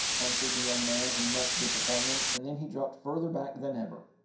answered the young man, in much disappointment, and then he dropped further back than ever.